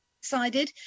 decided